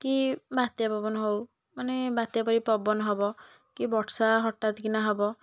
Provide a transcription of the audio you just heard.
କି ବାତ୍ୟା ପବନ ହଉ ମାନେ ବାତ୍ୟା ପରି ପବନ ହବ କି ବର୍ଷା ହଠାତ୍ କିନା ହବ